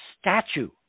statue